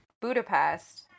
budapest